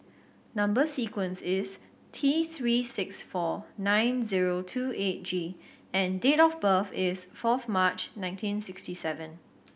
number sequence is T Three six four nine zero two eight G and date of birth is fourth March nineteen sixty seven